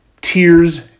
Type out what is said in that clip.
Tears